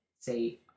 say